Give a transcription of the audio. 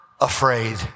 afraid